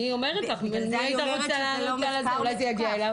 אני אומרת לך מי הייתה רוצה לענות על זה?